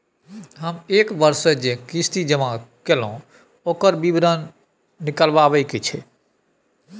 हम एक वर्ष स जे किस्ती जमा कैलौ, ओकर विवरण निकलवाबे के छै?